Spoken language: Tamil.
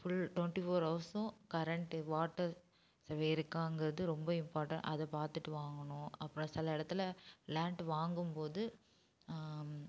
ஃபுல் ட்வெண்ட்டி ஃபோர் ஹவர்ஸ்ஸும் கரண்ட்டு வாட்டர் சர்வே இருக்காங்கிறது ரொம்ப இம்பார்ட்டண் அதை பார்த்துட்டு வாங்கணும் அப்புறம் சில இடத்துல லேண்ட் வாங்கும் போது